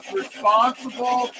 responsible